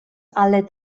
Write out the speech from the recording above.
alle